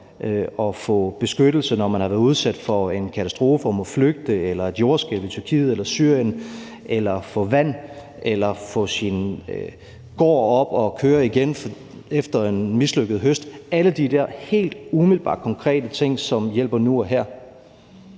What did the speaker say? om beskyttelse, eller når man har været udsat for en katastrofe og må flygte, når det handler om et jordskælv i Tyrkiet eller Syrien eller om at få vand eller få sin gård op at køre igen efter en mislykket høst. Alle de der helt umiddelbare, konkrete ting, som hjælper nu og her,